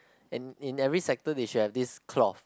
and in every sector they should have this cloth